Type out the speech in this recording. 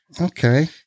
Okay